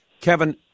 Kevin